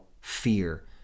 fear